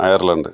Ireland